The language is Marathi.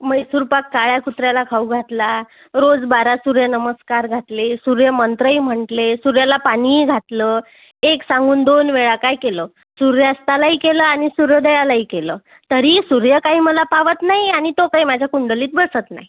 मैसूरपाक काळ्या कुत्र्याला खाऊ घातला रोज बारा सूर्यनमस्कार घातले सूर्य मंत्रही म्हटले सूर्याला पाणीही घातलं एक सांगून दोन वेळा काय केलं सूर्यास्तालाही केलं आणि सूर्योदयालाही केलं तरीही सूर्य काही मला पावत नाही आणि तो काही माझ्या कुंडलीत बसत नाही